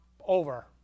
over